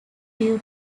due